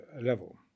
level